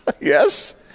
Yes